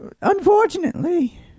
Unfortunately